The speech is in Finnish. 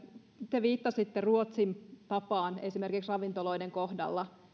te viittasitte ruotsin tapaan esimerkiksi ravintoloiden kohdalla